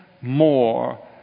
more